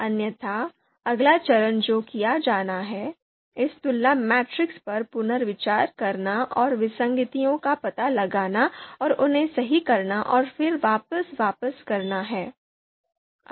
अन्यथा अगला चरण जो किया जाना है इस तुलना मैट्रिक्स पर पुनर्विचार करना और विसंगतियों का पता लगाना और उन्हें सही करना और फिर वापस वापस करना है